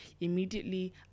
Immediately